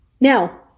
Now